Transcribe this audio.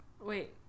Wait